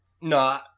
No